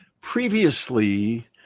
previously